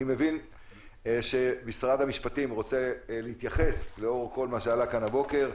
אני מבין שמשרד המשפטים רוצה להתייחס לאור כל מה שעלה כאן הבוקר,